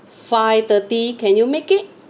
five thirty can you make it